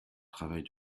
travail